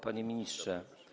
Panie Ministrze!